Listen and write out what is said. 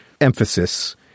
emphasis